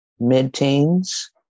mid-teens